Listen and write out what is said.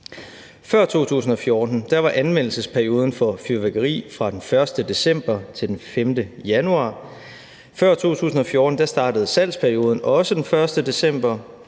Før 2014 var anvendelsesperioden for fyrværkeri fra den 1. december til den 5. januar. Før 2014 startede salgsperioden også den 1. december.